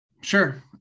Sure